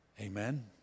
Amen